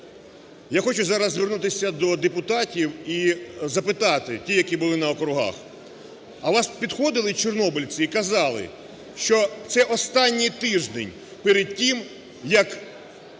Я хочу зараз звернутися до депутатів і запитати тих, які були на округах: а до вас підходили чорнобильці і казали, що це останній тиждень перед тим, як